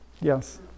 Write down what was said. yes